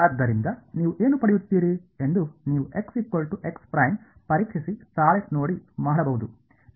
ಆದ್ದರಿಂದ ನೀವು ಏನು ಪಡೆಯುತ್ತೀರಿ ಎಂದು ನೀವು ಪರೀಕ್ಷಿಸಿ ತಾಳೆ ನೋಡಿ ಮಾಡಬಹುದು